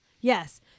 yes